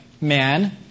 man